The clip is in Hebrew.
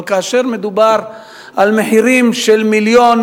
אבל כאשר מדובר על מחירים של מיליון,